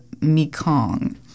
Mekong